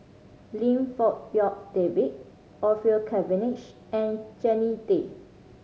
Lim Fong Rock David Orfeur Cavenagh and Jannie Tay